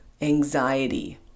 anxiety